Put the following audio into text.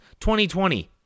2020